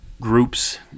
groups